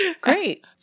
Great